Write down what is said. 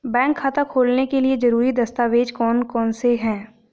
Bank खाता खोलने के लिए ज़रूरी दस्तावेज़ कौन कौनसे हैं?